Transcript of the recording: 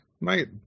Mate